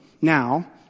now